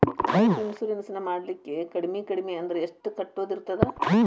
Life insurance ನ ಮಾಡ್ಲಿಕ್ಕೆ ಕಡ್ಮಿ ಕಡ್ಮಿ ಅಂದ್ರ ಎಷ್ಟ್ ಕಟ್ಟೊದಿರ್ತದ?